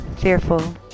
fearful